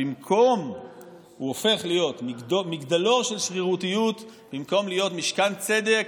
שהוא הופך להיות מגדלור של שרירותיות במקום להיות משכן צדק